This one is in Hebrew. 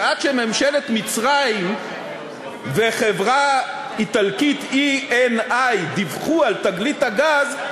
שעד שממשלת מצרים והחברה האיטלקית Eni דיווחו על תגלית הגז,